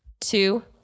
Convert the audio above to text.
two